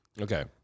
Okay